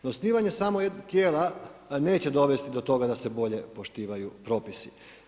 No osnivanje samo tijela neće dovesti do toga da se bolje poštivaju propisi.